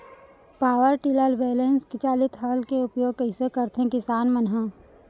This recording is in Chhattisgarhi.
पावर टिलर बैलेंस चालित हल के उपयोग कइसे करथें किसान मन ह?